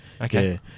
Okay